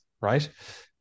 right